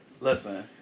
Listen